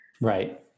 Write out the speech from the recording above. Right